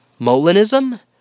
Molinism